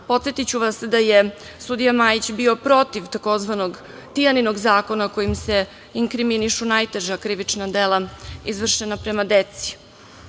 Podsetiću vas da je sudija Majić bio protiv tzv. Tijaninog zakona kojim se inkriminišu najteža krivična dela izvršena prema deci. Ako